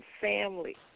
family